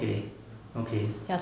okay okay